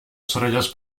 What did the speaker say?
sorollós